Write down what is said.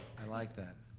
i like that,